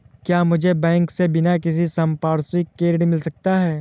क्या मुझे बैंक से बिना किसी संपार्श्विक के ऋण मिल सकता है?